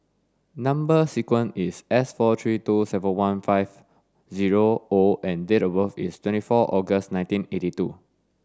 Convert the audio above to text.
number sequence is S four three two seven one five zero O and date of birth is twenty four August nineteen eighty two